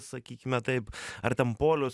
sakykime taip ar ten polius